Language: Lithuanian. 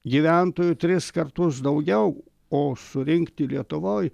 gyventojų tris kartus daugiau o surinkti lietuvoj